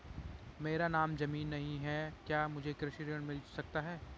मेरे नाम ज़मीन नहीं है क्या मुझे कृषि ऋण मिल सकता है?